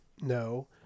No